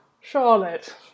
Charlotte